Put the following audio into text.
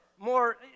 more